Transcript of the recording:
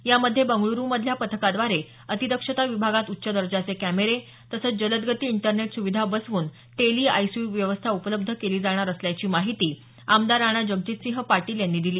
यामध्ये बंगळरुमधल्या पथकाद्वारे अतिदक्षता विभागात उच्च दर्जाचे कॅमेरे तसंच जलदगती इंटरनेट सुविधा बसवून टेली आयसीयू व्यवस्था उपलब्ध केली जाणार असल्याची माहिती आमदार राणा जगजीतसिह पाटील यांनी दिली